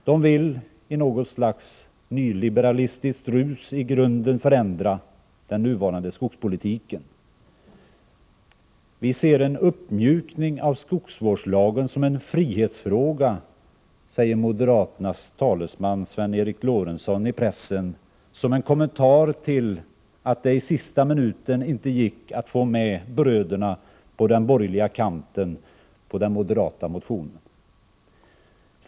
De villi något slags nyliberalistiskt rus i grunden förändra den nuvarande skogspolitiken. Vi ser en uppmjukning av skogsvårdslagen som en frihetsfråga, säger moderaternas talesman Sven Eric Lorentzon i pressen, som en kommentar till att det i sista minuten inte gick att få med bröderna på den borgerliga kanten på den moderata motionen.